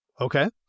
Okay